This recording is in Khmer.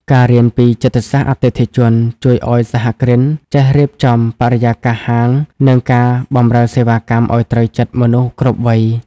ការរៀនពី "ចិត្តសាស្ត្រអតិថិជន" ជួយឱ្យសហគ្រិនចេះរៀបចំបរិយាកាសហាង និងការបម្រើសេវាកម្មឱ្យត្រូវចិត្តមនុស្សគ្រប់វ័យ។